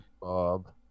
Bob